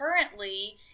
Currently